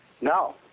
No